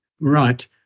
Right